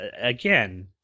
again